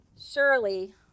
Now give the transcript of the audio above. Surely